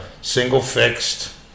single-fixed